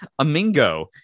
Amingo